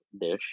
dish